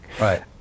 Right